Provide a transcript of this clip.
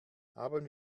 haben